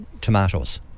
tomatoes